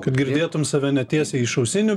kad girdėtum save tiesiai iš ausinių